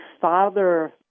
father